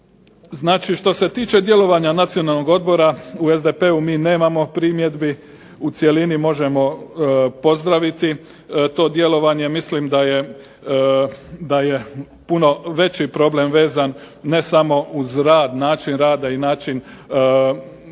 Znači što se tiče djelovanja Nacionalnog odbora u SDP-u mi nemamo primjedbi, u cjelini možemo pozdraviti to djelovanje, mislim da je puno veći problem vezan ne samo uz rad, način rada i način